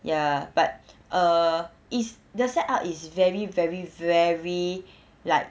ya but err it's the set up is very very very like